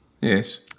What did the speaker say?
Yes